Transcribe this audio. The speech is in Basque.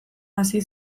hasi